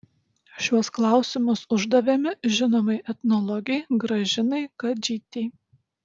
šiuos klausimus uždavėme žinomai etnologei gražinai kadžytei